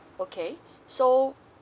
okay so